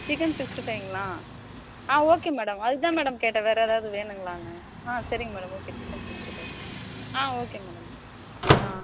chicken sixty ஃபைவ்ங்களா ஆ okay madam அதுதான் மேடம் கேட்டேன் வேறு எதாவது வேணுங்களானு ஆ சரிங் madam okay chicken sixty five ஆ ஓகே மேடம் ஆ